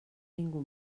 ningú